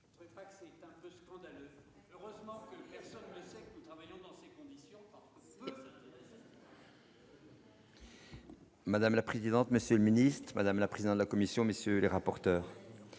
Madame la présidente, monsieur le Ministre, madame la présidente de la commission monsieur les rapporteurs